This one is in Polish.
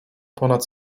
ponad